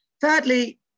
Thirdly